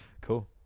Cool